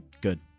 Good